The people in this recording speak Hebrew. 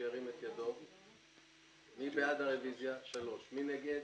מי נגד?